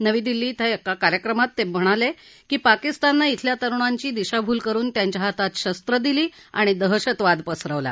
नवी दिल्ली इथं एका कार्यक्रमात ते म्हणाले की पाकिस्ताननं इथल्या तरुणांची दिशाभूल करुन त्यांच्या हातात शस्वं दिली आणि दहशतवाद पसरवला